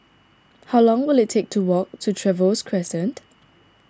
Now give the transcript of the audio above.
how long will it take to walk to Trevose Crescent